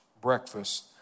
breakfast